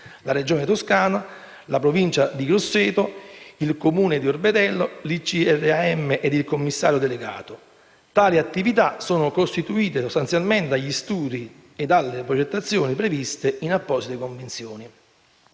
la Regione Toscana, la Provincia di Grosseto, il Comune di Orbetello, l'Icram ed il commissario delegato. Tali attività sono costituite sostanzialmente dagli studi e dalle progettazioni previste in apposite convenzioni.